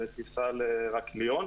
בטיסה להרקליון.